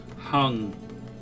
hung